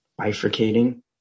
bifurcating